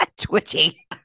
Twitchy